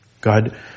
God